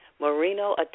Marino